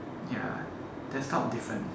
ya desktop different